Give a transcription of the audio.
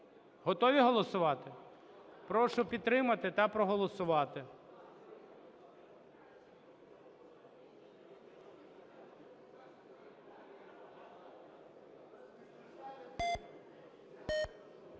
Готові голосувати? Прошу підтримати та проголосувати.